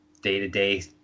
day-to-day